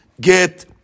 get